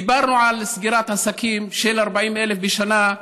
דיברנו על סגירת עסקים, 40,000 בשנה,